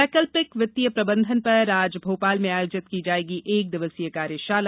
वैकल्पिक वित्तीय प्रबंधन पर आज भोपाल में आयोजित की जायेगी एक दिवसीय कार्यशाला